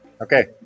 okay